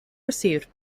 received